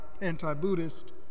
anti-Buddhist